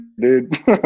dude